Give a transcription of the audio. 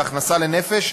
בהכנסה לנפש,